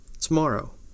Tomorrow